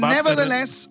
Nevertheless